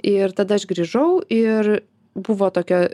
ir tada aš grįžau ir buvo tokia